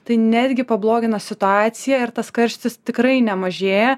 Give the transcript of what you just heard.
tai netgi pablogina situaciją ir tas karštis tikrai nemažėja